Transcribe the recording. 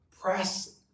Press